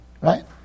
Right